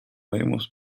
hemos